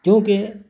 کیونکہ